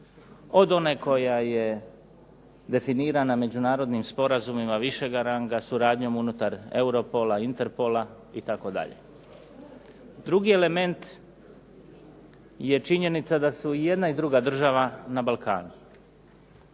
od one koja je definirana međunarodnim sporazumima višega ranga, suradnjom unutar Europola, Interpola itd. Drugi element je činjenica da su i jedna i druga država na Balkanu.